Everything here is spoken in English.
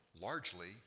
largely